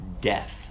death